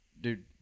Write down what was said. dude